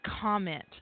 comment